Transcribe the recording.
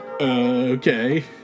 okay